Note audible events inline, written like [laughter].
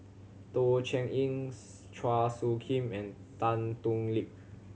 Teh Cheang [unintelligible] Chua Soo Khim and Tan Thoon Lip